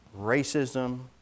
racism